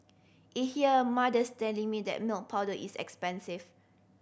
it hear mothers telling me that milk powder is expensive